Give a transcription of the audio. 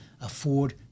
afford